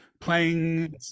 playing